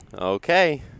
Okay